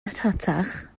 rhatach